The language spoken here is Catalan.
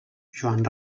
joan